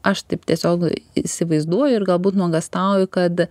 aš taip tiesiog įsivaizduoju ir galbūt nuogąstauju kad